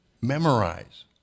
memorize